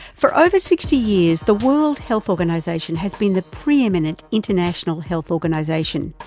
for over sixty years the world health organisation has been the preeminent international health organisation.